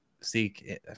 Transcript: seek